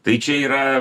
tai čia yra